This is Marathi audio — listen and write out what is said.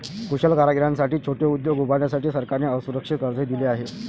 कुशल कारागिरांसाठी छोटे उद्योग उभारण्यासाठी सरकारने असुरक्षित कर्जही दिले आहे